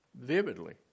vividly